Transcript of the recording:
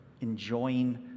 enjoying